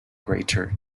greater